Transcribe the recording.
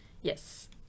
Yes